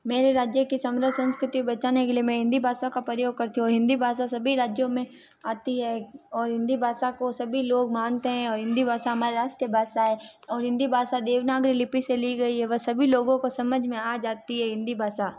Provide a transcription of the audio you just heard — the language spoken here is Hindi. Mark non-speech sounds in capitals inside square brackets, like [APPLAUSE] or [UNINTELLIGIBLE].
मेरे राज्य के [UNINTELLIGIBLE] संस्कृति बचाने के लिए मैं हिन्दी भाषा का प्रयोग करती हूँ हिन्दी भाषा सभी राज्यों में आती है और हिन्दी भाषा को सभी लोग मानते हैं और हिन्दी भाषा हमारी राष्ट्र भाषा है और हिन्दी भाषा देवनागरी लिपि से ली गई है वे सभी लोगों को समझ में आ जाती है हिन्दी भाषा